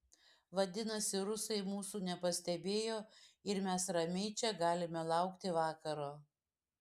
vadinasi rusai mūsų nepastebėjo ir mes ramiai čia galime laukti vakaro